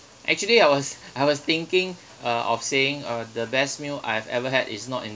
actually I was I was thinking uh of saying uh the best meal I've ever had is not in